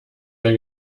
der